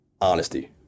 Honesty